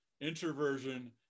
introversion